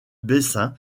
bessin